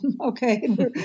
Okay